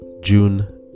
June